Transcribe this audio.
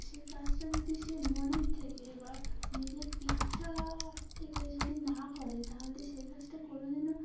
সেই কাজটা যদি সে মনের থেকে বা নিজের ইচ্ছা থেকে যদি না করে তাহলে সে কাজটা কোনোদিনও